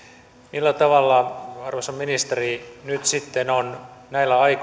millä tavalla arvoisa ministeri nyt sitten on näillä